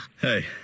Hey